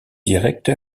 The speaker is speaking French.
directe